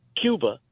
Cuba